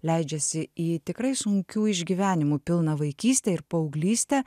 leidžiasi į tikrai sunkių išgyvenimų pilną vaikystę ir paauglystę